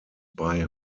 bei